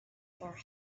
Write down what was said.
for